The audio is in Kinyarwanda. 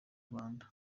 rwanda